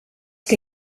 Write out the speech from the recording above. que